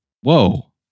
Whoa